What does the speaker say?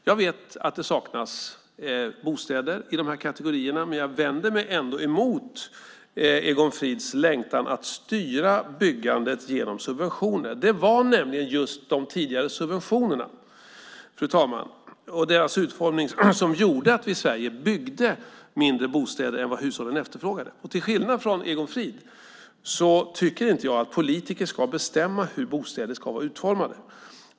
Jag vet att det saknas bostäder i de här kategorierna, men jag vänder mig ändå emot Egon Frids längtan att styra byggandet genom subventioner. Det var nämligen just de tidigare subventionerna, fru talman, som gjorde att vi i Sverige byggde mindre bostäder än vad hushållen efterfrågade. Till skillnad från Egon Frid tycker inte jag att politiker ska bestämma hur bostäder ska vara utformade.